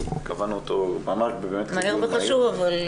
מהר וחשוב.